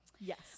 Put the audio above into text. Yes